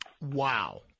Wow